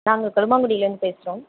நாங்கள் கொல்லுமாங்குடியிலந்து பேசுறோம்